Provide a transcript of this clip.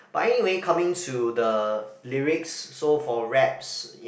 but anyway coming to the lyrics so for raps